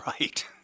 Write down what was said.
right